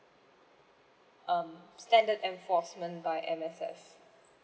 um standard enforcement by M_S_F